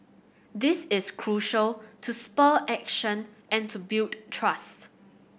this is crucial to spur action and to build trust